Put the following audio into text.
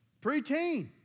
preteen